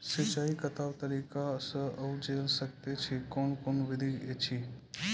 सिंचाई कतवा तरीका सअ के जेल सकैत छी, कून कून विधि ऐछि?